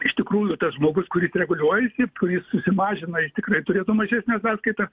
iš tikrųjų tas žmogus kuris reguliuojasi kuris susimažina jis tikrai turėtų mažesnę sąskaitą